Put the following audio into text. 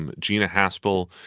and gina haspel,